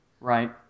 Right